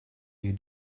you